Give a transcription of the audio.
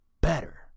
better